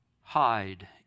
hide